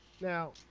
Now